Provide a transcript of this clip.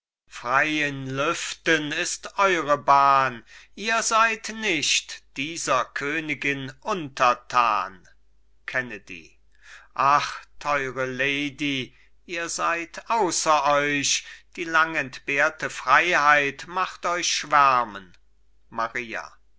frei in lüften ist euren bahn ihr seid nicht dieser königin untertan kennedy ach teure lady ihr seid außer euch die langentbehrte freiheit macht euch schwärmen maria